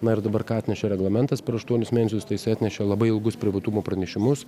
na ir dabar ką atnešė reglamentas per aštuonis mėnesius tai jisai atnešė labai ilgus privatumo pranešimus